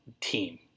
team